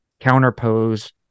counterpose